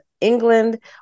England